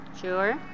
Sure